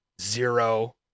zero